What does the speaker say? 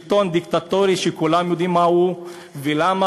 שלטון דיקטטורי שכולם יודעים מהו ולמה.